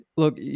look